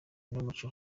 n’umuco